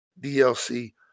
DLC